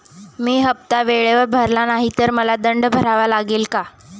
मी हफ्ता वेळेवर भरला नाही तर मला दंड भरावा लागेल का?